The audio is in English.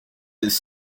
his